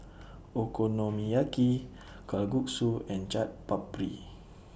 Okonomiyaki Kalguksu and Chaat Papri